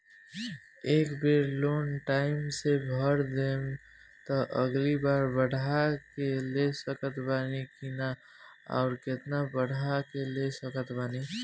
ए बेर loan time से भर देहम त अगिला बार बढ़ा के ले सकत बानी की न आउर केतना बढ़ा के ले सकत बानी?